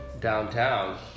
downtown